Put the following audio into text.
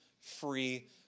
free